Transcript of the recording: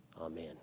Amen